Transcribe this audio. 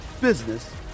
business